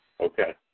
Okay